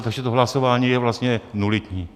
Takže to hlasování je vlastně nulitní.